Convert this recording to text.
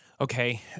Okay